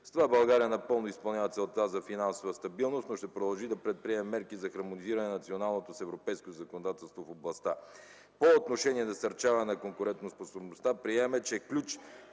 С това България напълно изпълнява целта за финансова стабилност, но ще продължи да предприема мерки за хармонизиране на националното с европейското законодателство в областта. По отношение насърчаване на конкурентоспособността приемаме, че ключ